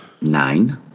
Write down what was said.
nine